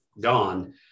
gone